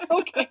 Okay